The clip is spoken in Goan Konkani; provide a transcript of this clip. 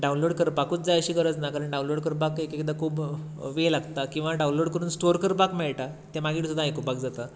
डावनलाॅड करपाकूच जाय अशी गरज ना कारण डावनलाॅड करपाक एक एकदां खूब वेळ लागता किंवां डावनलाॅड करून स्टाॅर करपाक मेळटा तें मागीर सुद्दां आयकुपाक जाता